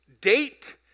date